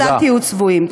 אז אל תהיו צבועים.